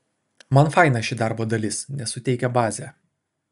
man faina ši darbo dalis nes suteikia bazę